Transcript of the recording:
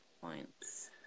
points